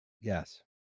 Yes